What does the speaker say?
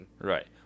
Right